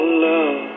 love